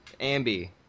ambi